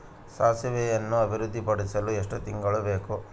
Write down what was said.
ಸಾಸಿವೆಯನ್ನು ಅಭಿವೃದ್ಧಿಪಡಿಸಲು ಎಷ್ಟು ತಿಂಗಳು ಬೇಕು?